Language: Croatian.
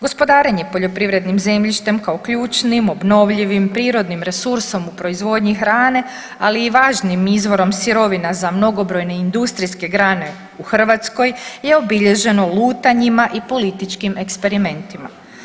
Gospodarenje poljoprivrednim zemljištem kao ključnim, obnovljivim, prirodnim resursom u proizvodnji hrane, ali i važnim izvorom sirovina za mnogobrojne industrijske grane u Hrvatskoj je obilježeno lutanjima i političkim eksperimentima.